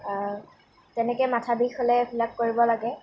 তেনেকে মাথা বিষ হ'লে এইবিলাক কৰিব লাগে